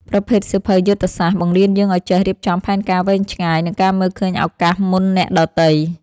ប្រភេទសៀវភៅយុទ្ធសាស្ត្រ បង្រៀនយើងឱ្យចេះរៀបចំផែនការវែងឆ្ងាយ និងការមើលឃើញឱកាសមុនអ្នកដទៃ។